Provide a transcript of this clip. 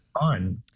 on